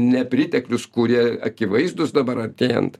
nepriteklius kurie akivaizdūs dabar artėjant